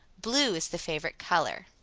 blue is the favorite color.